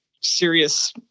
serious